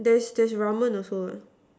there's there's ramen also